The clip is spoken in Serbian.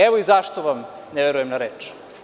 Evo i zašto vam ne verujem na reč.